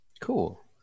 Cool